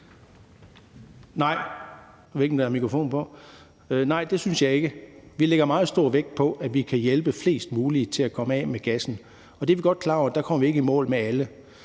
Nej, det synes vi ikke. Vi lægger meget stor vægt på, at vi kan hjælpe flest mulige til at komme af med gassen, og vi er godt klar over, at vi ikke kommer i mål med alle.